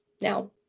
Now